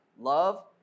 Love